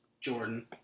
Jordan